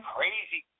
Crazy